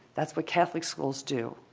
that's what catholic schools do.